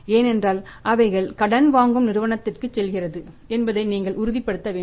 ஏனென்றால் அவைகள் கடன் வாங்கும் நிறுவனத்திற்கு செல்கிறது என்பதை நீங்கள் உறுதிப்படுத்த வேண்டும்